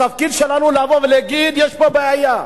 התפקיד שלנו הוא לבוא ולהגיד שיש פה בעיה.